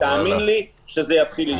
תאמין לי שזה יתחיל להשתנות.